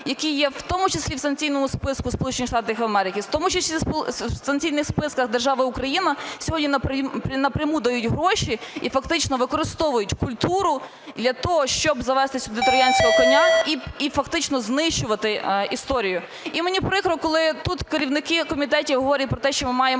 які є в тому числі в санкційному списку Сполучених Штатів Америки, в тому числі в санкційних списках держави Україна, сьогодні напряму дають гроші і фактично використовують культуру для того, щоб завести сюди троянського коня і фактично знищувати історію. І мені прикро, коли тут керівники комітетів говорять про те, що ми маємо